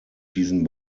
diesen